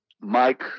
Mike